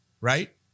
right